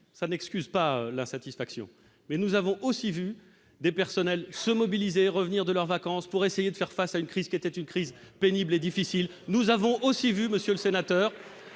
ça n'excuse pas la satisfaction mais nous avons aussi vu des personnels se mobiliser revenir de leurs vacances pour essayer de faire face à une crise qui était une crise pénible et difficile, nous avons aussi vu Monsieur le sénateur,